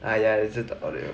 ya ya it's just the audio